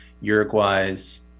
Uruguay's